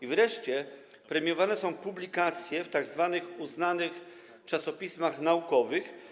I wreszcie premiowane są publikacje w tzw. uznanych czasopismach naukowych.